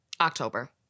October